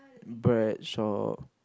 bread shop